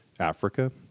Africa